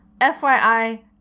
FYI